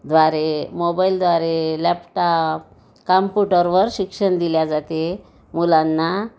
द्वारे मोबाईलद्वारे लॅपटॉप कॉम्पुटरवर शिक्षण दिले जाते मुलांना